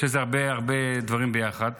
יש הרבה דברים ביחד.